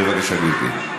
בבקשה, גברתי.